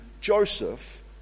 Joseph